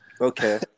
okay